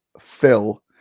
Phil